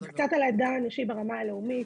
קצת על האתגר האנושי ברמה הלאומית,